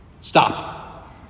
stop